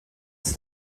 ist